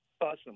Awesome